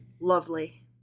Lovely